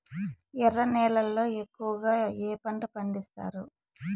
ఎర్ర నేలల్లో ఎక్కువగా ఏ పంటలు పండిస్తారు